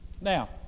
Now